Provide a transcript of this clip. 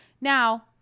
Now